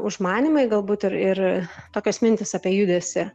užmanymai galbūt ir ir tokios mintys apie judesį